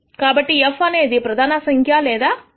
కాబట్టి f అనేది ప్రధాన సంఖ్య లేదా ∇ f